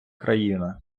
країна